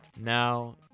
now